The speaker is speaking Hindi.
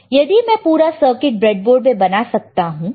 तो मैं यह पूरा सर्किट ब्रेडबोर्ड में बना सकता हूं